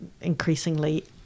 increasingly